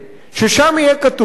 ובו יהיה כתוב: